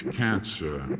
cancer